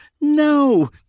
no